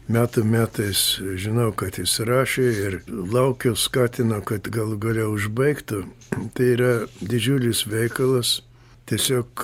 metų metais žinau kad jis rašė ir laukiu skatina kad galų gale užbaigtų tai yra didžiulis veikalas tiesiog